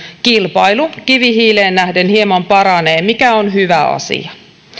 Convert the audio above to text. kilpailukyky kivihiileen nähden hieman paranee mikä on hyvä asia